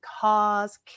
cause